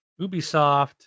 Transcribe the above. ubisoft